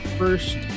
first